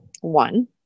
One